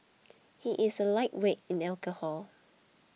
he is a lightweight in alcohol